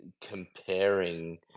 comparing